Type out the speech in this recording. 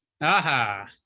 aha